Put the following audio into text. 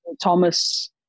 Thomas